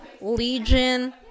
legion